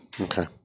Okay